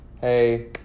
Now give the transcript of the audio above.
hey